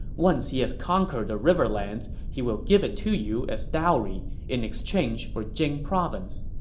once he has conquered the riverlands, he will give it to you as dowry in exchange for jing province.